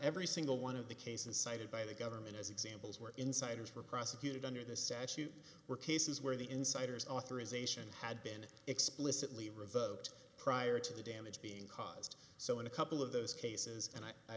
every single one of the cases cited by the government as examples where insiders were prosecuted under the statute were cases where the insiders authorization had been explicitly revoked prior to the damage being caused so in a couple of those cases and i